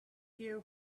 care